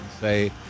say